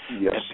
Yes